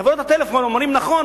חברות הטלפון אומרות: נכון,